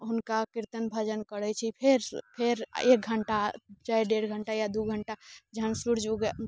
हुनका कीर्तन भजन करैत छी फेर एक घण्टा चाहे डेढ़ घण्टा या दू घण्टा जहन सूर्य उगैत